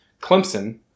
Clemson